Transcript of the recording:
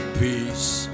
peace